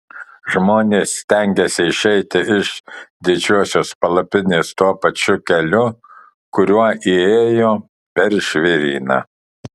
žmonės stengiasi išeiti iš didžiosios palapinės tuo pačiu keliu kuriuo įėjo per žvėryną